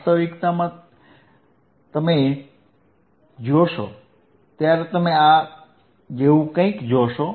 વાસ્તવિકતામાં જ્યારે તમે જોશો ત્યારે તમે આ જેવું કંઈક જોશો